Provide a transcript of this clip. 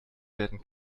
werden